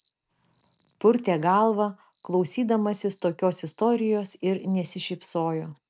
purtė galvą klausydamasis tokios istorijos ir nesišypsojo